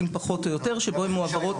פחות או יותר כאשר אז הן מועברות.